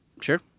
Sure